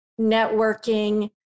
networking